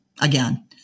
again